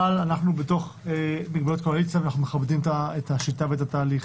אבל אנחנו במגבלות קואליציה ואנחנו מכבדים את השיטה ואת התהליך.